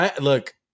Look